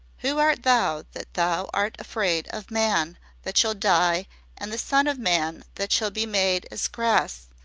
who art thou that thou art afraid of man that shall die an' the son of man that shall be made as grass,